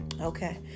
Okay